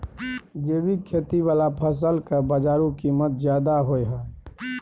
जैविक खेती वाला फसल के बाजारू कीमत ज्यादा होय हय